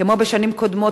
כמו בשנים קודמות,